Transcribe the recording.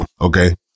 okay